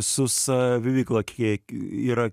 su saviveikla kiek yra